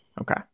Okay